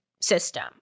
system